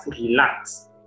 relax